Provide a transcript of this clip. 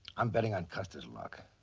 i'm betting on custer's luck.